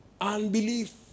Unbelief